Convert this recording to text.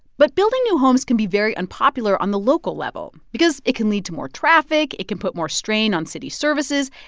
but building new homes can be very unpopular on the local level because it can lead to more traffic. it can put more strain on city services.